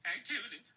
Activity